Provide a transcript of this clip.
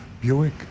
Buick